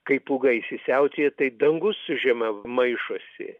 kai pūga įsisiautėja tai dangus su žeme maišosi